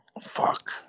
Fuck